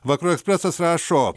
vakarų ekspresas rašo